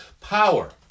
Power